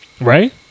Right